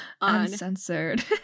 Uncensored